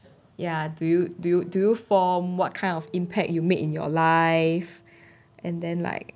ya do you do you do form what kind of impact you made in your life and then life